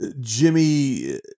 jimmy